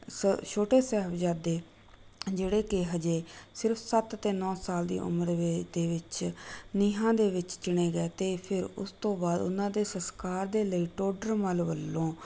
ਸ ਛੋਟੇ ਸਹਿਬਜ਼ਾਦੇ ਜਿਹੜੇ ਕਿ ਹਜੇ ਸਿਰਫ ਸੱਤ ਅਤੇ ਨੌ ਸਾਲ ਦੀ ਉਮਰ ਵੇ ਦੇ ਵਿੱਚ ਨੀਹਾਂ ਦੇ ਵਿੱਚ ਚਿਣੇ ਗਏ ਅਤੇ ਫਿਰ ਉਸ ਤੋਂ ਬਾਅਦ ਉਹਨਾਂ ਦੇ ਸਸਕਾਰ ਦੇ ਲਈ ਟੋਡਰ ਮੱਲ ਵੱਲੋਂ